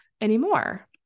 anymore